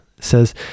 says